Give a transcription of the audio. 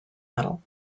medal